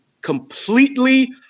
completely